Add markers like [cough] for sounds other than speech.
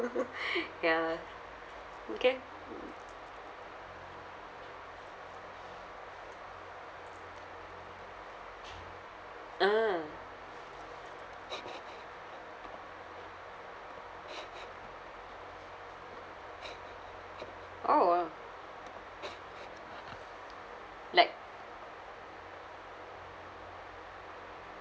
[laughs] ya okay ah orh like